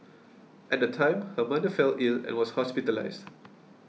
at the time her mother fell ill and was hospitalised